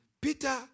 Peter